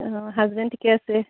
অঁ হাজবেণ্ড ঠিকে আছে